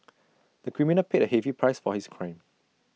the criminal paid A heavy price for his crime